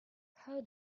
how